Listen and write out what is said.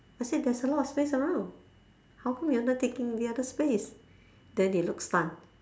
I said there's a lot of space around how come you are not taking the other space then they look stunned